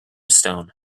stone